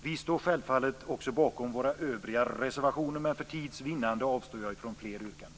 Vi står självfallet också bakom våra övriga reservationer men för tids vinnande avstår jag från fler yrkanden.